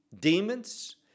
demons